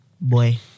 boy